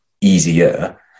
easier